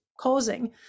causing